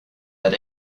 had